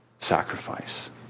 Sacrifice